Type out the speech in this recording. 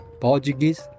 Portuguese